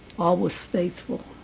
always faithful.